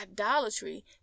idolatry